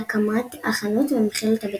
שנבנה במקביל להקמת החנות ומכיל אותה בתוכו.